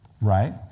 Right